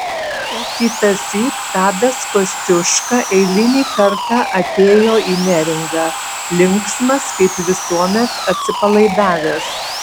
o kitąsyk tadas kosciuška eilinį kartą atėjo į neringą linksmas kaip visuomet atsipalaidavęs